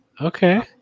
Okay